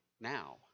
now